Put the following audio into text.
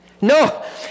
No